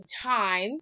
time